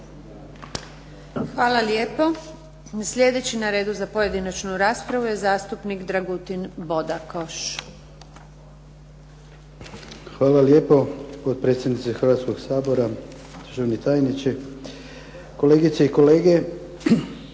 Hvala lijepo. Sljedeći na redu za pojedinačnu raspravu je zastupnik Dragutin Bodakoš. **Bodakoš, Dragutin (SDP)** Hvala lijepo. Potpredsjednice Hrvatskog sabora, državni tajniče, kolegice i kolege.